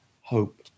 hope